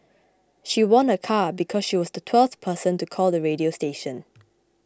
she won a car because she was the twelfth person to call the radio station